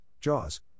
Jaws